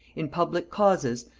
in public causes,